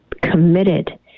committed